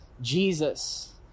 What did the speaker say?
Jesus